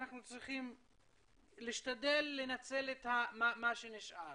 אנחנו צריכים להשתדל לנצל מה שנשאר,